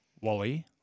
Wally